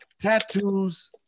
tattoos